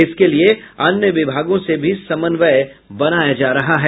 इसके लिए अन्य विभागों से भी समन्वय बनाया जा रहा है